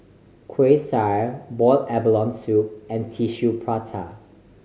Kueh Syara boiled abalone soup and Tissue Prata